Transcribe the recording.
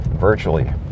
virtually